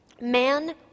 man